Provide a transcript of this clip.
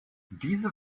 diese